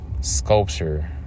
sculpture